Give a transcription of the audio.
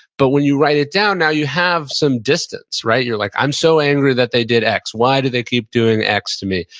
but when you write it down, now you have some distance, right? you're like, i'm so angry that they did x, why do they keep doing x to me?